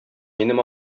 минем